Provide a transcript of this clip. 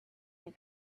you